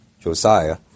Josiah